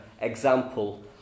example